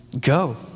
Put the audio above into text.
Go